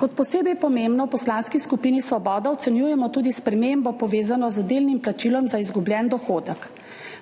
Kot posebej pomembno v Poslanski skupini Svoboda ocenjujemo tudi spremembo, povezano z delnim plačilom za izgubljen dohodek.